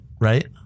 right